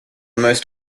most